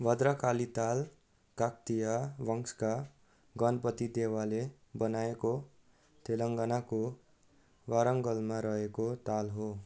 भद्रकाली ताल काकतिया वंशका गणपति देवाले बनाएको तेलङ्गानाको वारङ्गलमा रहेको ताल हो